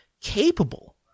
capable